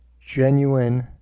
genuine